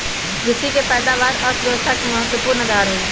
कृषि के पैदावार अर्थव्यवस्था के महत्वपूर्ण आधार हई